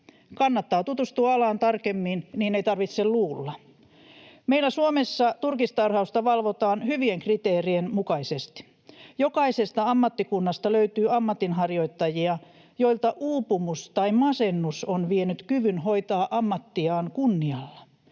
Kannattaa tutustua alaan tarkemmin, niin ei tarvitse luulla. Meillä Suomessa turkistarhausta valvotaan hyvien kriteerien mukaisesti. Jokaisesta ammattikunnasta löytyy ammatinharjoittajia, joilta uupumus tai masennus on vienyt kyvyn hoitaa ammattiaan kunnialla.